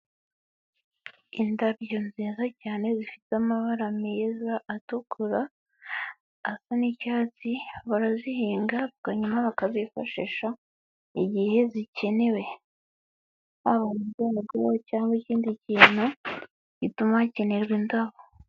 Indabyo nziza cyane zifite amabara meza atukura, asa n'icyatsi barazihinga hanyuma bakazikoreshashisha igihe zikenewe, haba cyangwa ikindi kintu gituma hakenerwa indabo.